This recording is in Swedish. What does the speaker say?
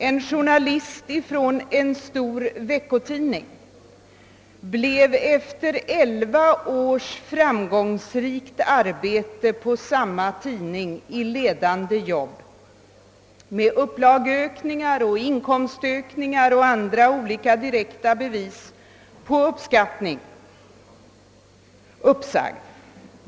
En journalist från en stor veckotidning blev efter elva års arbete i ledande ställning på samma tidning, med upplagestegringar, inkomstökningar och andra direkta bevis på framgång och uppskattning, uppsagd.